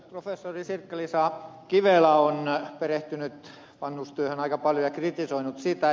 professori sirkka liisa kivelä on perehtynyt vanhustyöhön aika paljon ja kritisoinut sitä